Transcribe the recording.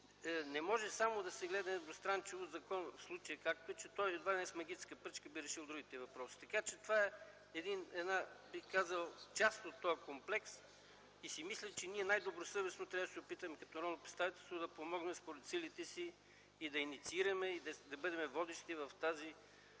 Не може да се гледа едностранчиво закон, както в случая, че едва ли не с магическа пръчка би решил другите въпроси. Това е част от този комплекс. Мисля, че ние най-добросъвестно трябва да се опитаме като народно представителство да помогнем според силите си и да инициираме и да бъдем водещи в тази